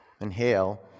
inhale